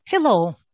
Hello